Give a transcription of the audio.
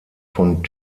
von